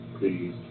please